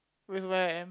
with my